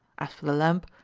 as for the lamp,